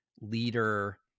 leader